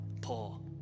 Paul